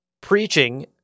preaching